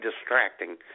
distracting